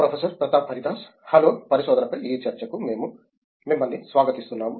professor Pratap Haridas అందరికీ నమస్కారం పరిశోధనపై ఈ చర్చకు మేము మిమ్మల్ని స్వాగతిస్తున్నాము